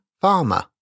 farmer